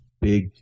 big